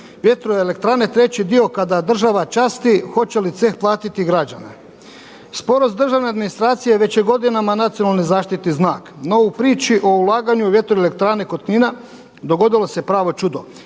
Vjetroelektrane treći dio kada država časti hoce li …/Govornik se ne razumije./… platiti građani. Sporost državne administracije već je godinama nacionalni zaštitni znak, no u priči o ulaganju vjetroelektrane kod Knina dogodilo se pravo čudo.